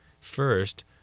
First